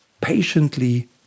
patiently